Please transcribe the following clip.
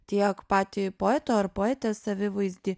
tiek patį poeto ar poetės savivaizdį